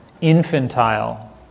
Infantile